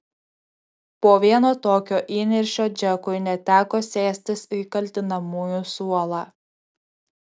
po vieno tokio įniršio džekui net teko sėstis į kaltinamųjų suolą